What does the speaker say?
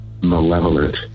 malevolent